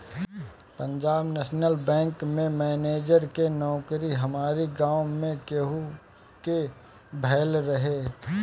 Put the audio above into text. Punjab National Bank में manager के नोकरी हमारी गांव में केहू के भयल रहे